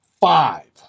Five